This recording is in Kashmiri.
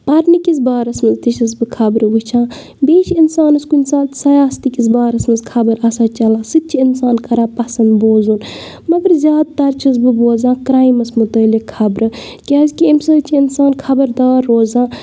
پرنٕکِس بارَس منٛز تہِ چھَس بہٕ خبرٕ وٕچھان بیٚیہِ چھِ اِنسان کُنہِ سات سیاستہٕ کِس بارَس منٛز خبر آسان چلان سُہ تہِ چھ اِنسان کران پسنٛد بوزُن مگر زیادٕ تَر چھَس بہٕ بوزان کرایمَس مُتعلِق خبرٕ کیازکہِ امہِ سۭتۍ چھ اِنسان خبردار روزان